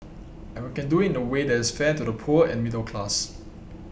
and we can do it in a way that is fair to the poor and middle class